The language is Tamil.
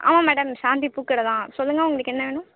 ஆமாம் மேடம் சாந்தி பூக்கடை தான் சொல்லுங்கள் உங்களுக்கு என்ன வேணும்